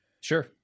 Sure